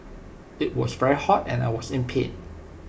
IT was very hot and I was in pain